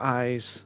eyes